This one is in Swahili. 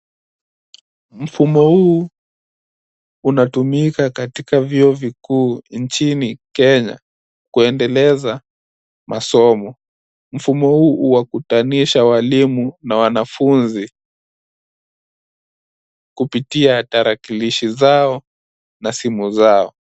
Mfumo huu unatumika katika vyuo vikuu nchini Kenya kuendeleza masomo. Mfumo huu huwakutanisha walimu na wanafunzi kupitia tarakilishi zao na simu zao.